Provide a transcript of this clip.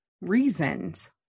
reasons